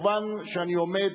מובן שאני עומד,